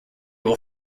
will